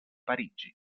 parigi